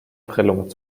prellung